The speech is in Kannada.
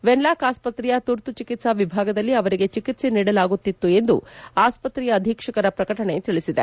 ವೆನ್ಲಾಕ್ ಆಸ್ವತ್ರೆಯ ತುರ್ತು ಚಿಕಿತ್ಪಾ ವಿಭಾಗದಲ್ಲಿ ಅವರಿಗೆ ಚಿಕಿತ್ಪೆ ನೀಡಲಾಗುತ್ತಿತ್ತು ಎಂದು ಆಸ್ಪತ್ರೆಯ ಅಧೀಕ್ಷಕರ ಪ್ರಕಟಣೆ ತಿಳಿಸಿದೆ